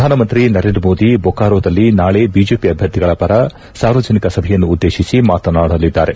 ಪ್ರಧಾನಮಂತ್ರಿ ನರೇಂದ್ರ ಮೋದಿ ಬೋಕಾರೊದಲ್ಲಿ ನಾಳೆ ಬಿಜೆಪಿ ಅಭ್ಯರ್ಥಿಗಳ ಪರ ಸಾರ್ವಜನಿಕ ಸಭೆಯನ್ನು ಉದ್ದೇತಿಸಿ ಮಾತನಾಡಲಿದ್ದಾರೆ